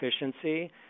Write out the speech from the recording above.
efficiency